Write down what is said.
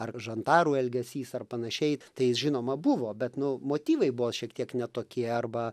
ar žandarų elgesys ar panašiai tai žinoma buvo bet nu motyvai buvo šiek tiek ne tokie arba